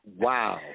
wow